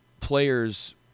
players